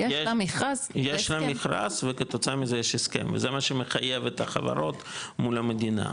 יש מכרז וכתוצאה מזה יש הסכם וזה מה שמחייב את החברות מול המדינה.